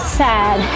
sad